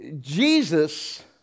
Jesus